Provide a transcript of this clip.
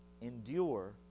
Endure